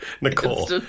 nicole